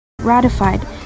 ratified